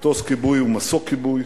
מטוס כיבוי ומסוק כיבוי.